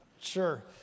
Sure